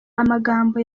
amagambo